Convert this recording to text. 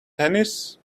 tennis